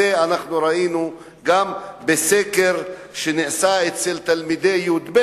את זה אנחנו ראינו גם בסקר שנעשה אצל תלמידי י"ב,